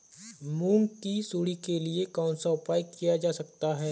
मूंग की सुंडी के लिए कौन सा उपाय किया जा सकता है?